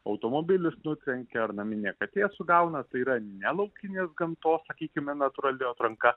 automobilis nutrenkia ar naminė katė sugauna tai yra ne laukinės gamtos sakykime natūrali atranka